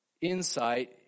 Insight